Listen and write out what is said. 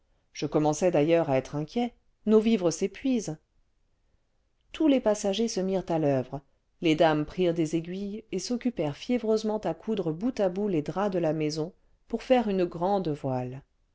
je commençais d'ailleurs à être inquiet nos vivres s'épuisent tous les passagers se mirent à l'oeuvre les dames prirent des aiguilles et s'occupèrent fiévreusement à coudre bout à bout les draps de la maison pour faire une grande voile